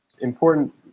important